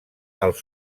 els